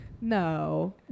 no